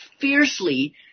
fiercely